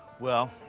well,